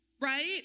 right